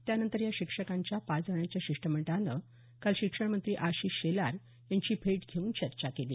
त्यानंतर या शिक्षकांच्या पाच जणांच्या शिष्टमंडळानं काल शिक्षण मंत्री आशिष शेलार यांची भेट घेऊन चर्चा केली